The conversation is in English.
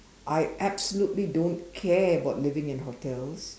I absolutely don't care about living in hotels